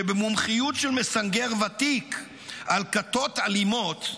שבמומחיות של מסנגר ותיק על כיתות אלימות,